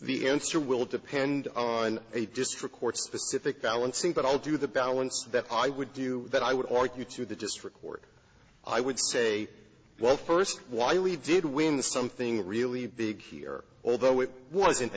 the answer will depend on a district court specific balancing but i'll do the balance that i would do that i would argue to the district court i would say well first while we did win the something really big here although it wasn't